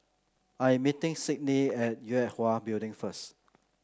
I am meeting Sydney at Yue Hwa Building first